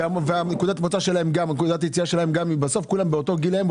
ונקודת היציאה שלהם באותו גיל.